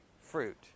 fruit